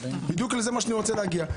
לזה אני רוצה להגיע.